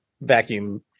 vacuum